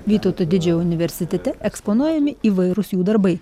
vytauto didžiojo universitete eksponuojami įvairūs jų darbai